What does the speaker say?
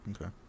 okay